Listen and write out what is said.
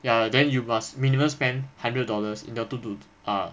ya then you must minimum spend hundred dollars in order to ah